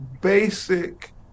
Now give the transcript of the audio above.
basic